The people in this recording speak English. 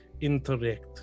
interact